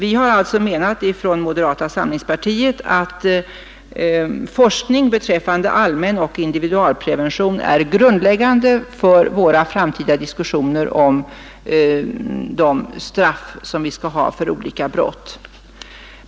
Vi har alltså från moderata samlingspartiet menat att forskning beträffande allmänoch individualprevention är grundläggande för våra framtida diskussioner om de straffbestämmelser som skall gälla för olika brott.